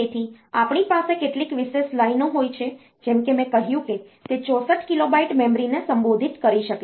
તેથી આપણી પાસે કેટલીક વિશેષ લાઈનો હોય છે જેમ કે મેં કહ્યું કે તે 64 કિલોબાઈટ મેમરીને સંબોધિત કરી શકે છે